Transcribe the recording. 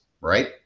Right